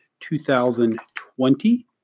2020